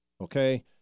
okay